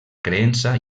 creença